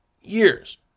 Years